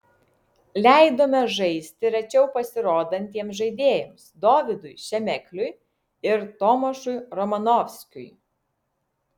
leidome žaisti rečiau pasirodantiems žaidėjams dovydui šemekliui ir tomašui romanovskiui